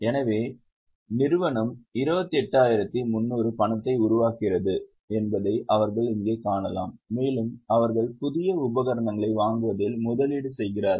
எனவே நிறுவனம் 28300 பணத்தை உருவாக்குகிறது என்பதை அவர்கள் இங்கே காணலாம் மேலும் அவர்கள் புதிய உபகரணங்களை வாங்குவதில் முதலீடு செய்கிறார்கள்